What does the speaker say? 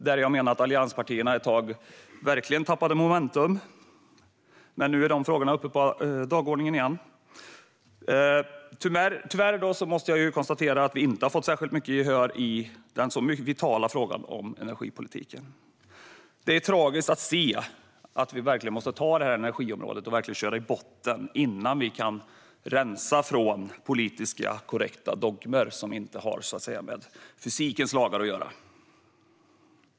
Där menar jag att allianspartierna ett tag verkligen tappade momentum. Men nu är dessa frågor uppe på dagordningen igen. Tyvärr måste jag konstatera att vi inte har fått särskilt mycket gehör i den mycket vitala frågan om energipolitiken. Det är tragiskt att se att vi måste köra energiområdet i botten innan vi kan rensa det från politiskt korrekta dogmer som inte har så att säga med fysikens lagar att göra.